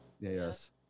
Yes